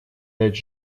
дать